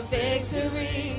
victory